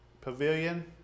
pavilion